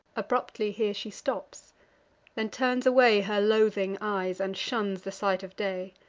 abruptly here she stops then turns away her loathing eyes, and shuns the sight of day.